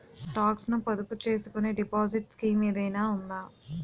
Talks ను పొదుపు చేసుకునే డిపాజిట్ స్కీం ఏదైనా ఉందా?